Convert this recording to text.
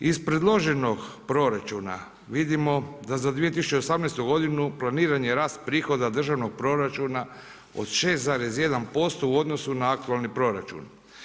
Iz predloženog proračuna vidimo da za 2018. godinu planiran je rast prihoda državnog proračuna od 6,1% u odnosu na aktualni proračun.